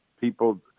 people